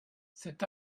cet